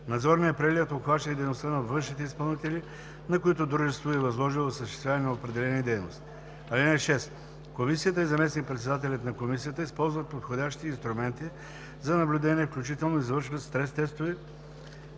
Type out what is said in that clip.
Надзорният преглед обхваща и дейността на външните изпълнители, на които дружеството е възложило осъществяване на определени дейности. (6) Комисията и заместник-председателят на комисията използват подходящи инструменти за наблюдение, включително извършват стрес тестове,